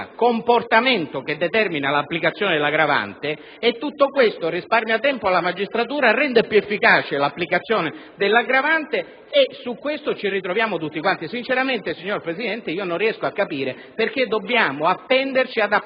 comportamento che determina l'applicazione dell'aggravante. Tutto questo risparmia tempo alla magistratura, rende più efficace l'applicazione dell'aggravante e su questo aspetto ci ritroviamo tutti quanti. Signor Presidente, sinceramente non riesco a capire perché dobbiamo riferirci a pregiudizi